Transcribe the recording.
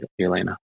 elena